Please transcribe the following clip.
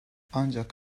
ancak